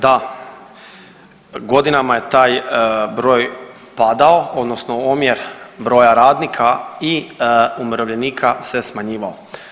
Da, godinama je taj broj padao, odnosno omjer broja radnika i umirovljenika se smanjivao.